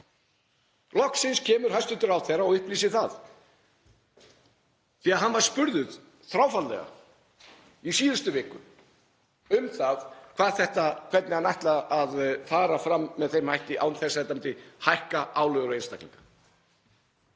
Loksins kemur hæstv. ráðherra og upplýsir það því að hann var spurður þráfaldlega í síðustu viku um það hvernig hann ætlaði að fara fram með þessum hætti án þess að það myndi hækka álögur á einstaklinga.